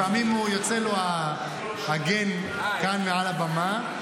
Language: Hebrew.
לפעמים יוצא לו הגן כאן מעל הבמה,